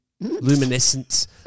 luminescence